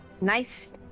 nice